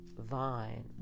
vine